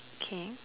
kay